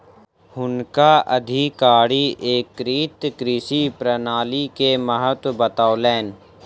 हुनका अधिकारी एकीकृत कृषि प्रणाली के महत्त्व बतौलैन